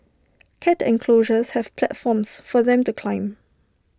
cat enclosures have platforms for them to climb